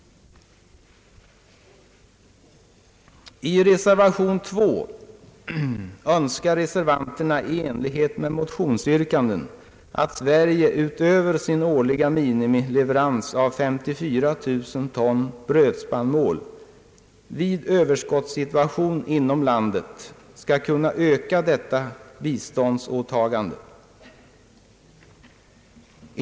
I reservation 2 önskar reservanterna i enlighet med motionsyrkanden att Sverige, utöver sin årliga minimileverans av 34 000 ton brödspannmål, vid överskottssituation inom landet skall kunna öka detta biståndsåtagande.